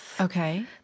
Okay